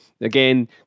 again